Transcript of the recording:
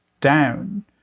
down